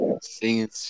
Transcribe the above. singing